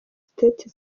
state